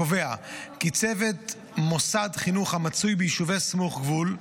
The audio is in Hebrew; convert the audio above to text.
הקובע כי צוות מוסד חינוך המצוי ביישוב סמוך גבול,